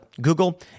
Google